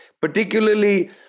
particularly